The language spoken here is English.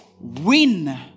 win